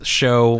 show